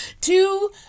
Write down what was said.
Two